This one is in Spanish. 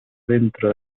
dentro